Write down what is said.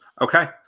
Okay